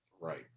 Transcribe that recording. Right